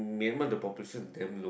Myanmar the population damn low